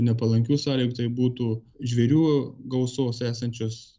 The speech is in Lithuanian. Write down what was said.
nepalankių sąlygų tai būtų žvėrių gausos esančios